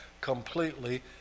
completely